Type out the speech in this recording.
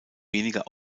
weniger